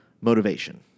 motivation